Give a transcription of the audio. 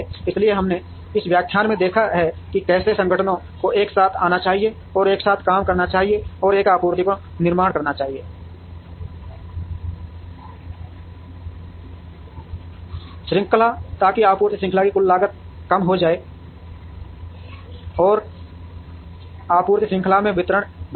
इसलिए हमने इस व्याख्यान में देखा है कि कैसे संगठनों को एक साथ आना चाहिए और एक साथ काम करना चाहिए और एक आपूर्ति का निर्माण करना चाहिए श्रृंखला ताकि आपूर्ति श्रृंखला की कुल लागत कम हो जाए और आपूर्ति श्रृंखला से वितरण बेहतर हो